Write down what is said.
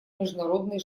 международный